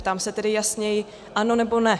Ptám se tedy jasněji: ano, nebo ne?